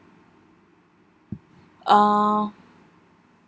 uh